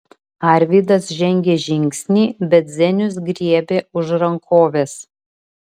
arvydas žengė žingsnį bet zenius griebė už rankovės